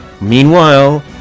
Meanwhile